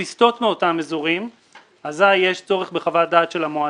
הטבות של הרשות הלאומית לחדשנות טכנולוגית?